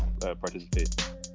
participate